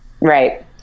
Right